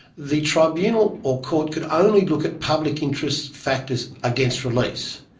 the tribunal or court could only look at public interest factors against release.